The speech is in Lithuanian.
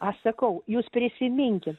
aš sakau jūs prisiminkit